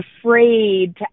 afraid